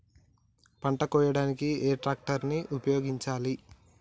పంట కోయడానికి ఏ ట్రాక్టర్ ని ఉపయోగించాలి?